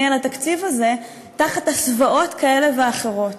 על התקציב הזה תחת הסוואות כאלה ואחרות.